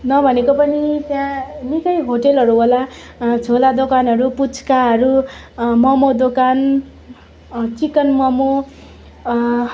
नभनेको पनि त्यहाँ निकै होटेलहरू होला छोला दोकानहरू पुच्काहरू मम दोकान चिकन मम